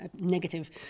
negative